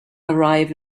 arrive